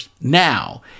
Now